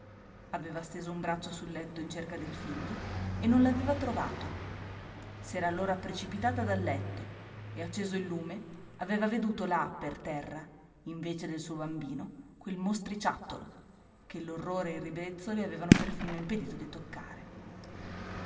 aveva steso un braccio sul letto in cerca del figlio e non l'aveva trovato s'era allora precipitata dal letto e acceso il lume aveva veduto là per terra invece del suo bambino quel mostriciattolo che l'orrore e il ribrezzo le avevano perfino impedito di toccare